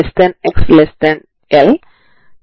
u2xt కొరకు మీరు u2tt c2u2xxhxt ని కలిగి ఉంటారు